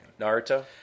Naruto